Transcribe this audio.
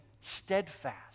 steadfast